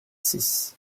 six